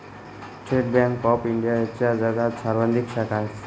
state bank of इंडियाच्या जगात सर्वाधिक शाखा आहेत